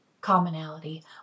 commonality